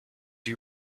you